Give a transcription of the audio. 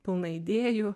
pilna idėjų